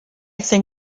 think